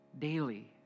daily